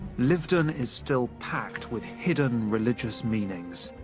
lyveden is still packed with hidden religious meanings,